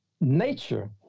nature